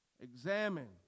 Examine